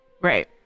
Right